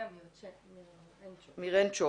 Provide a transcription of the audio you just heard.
מירנצ'וב,